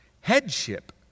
headship